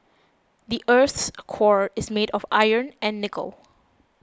the earth's core is made of iron and nickel